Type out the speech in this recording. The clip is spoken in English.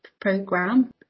program